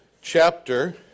chapter